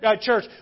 church